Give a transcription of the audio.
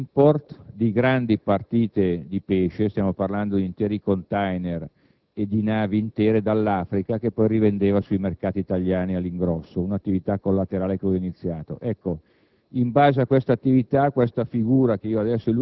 ha iniziato anche un'attività di *import* di grandi partite di pesce (stiamo parlando di interi *container* e di navi intere dall'Africa), che poi rivendeva sui mercati italiani all'ingrosso. Un'attività collaterale, dunque. In base